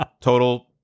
Total